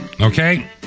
okay